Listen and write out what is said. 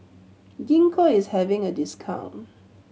Gingko is having a discount